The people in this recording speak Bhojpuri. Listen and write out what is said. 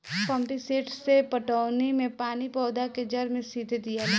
पम्पीसेट से पटौनी मे पानी पौधा के जड़ मे सीधे दियाला